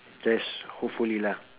yes hopefully lah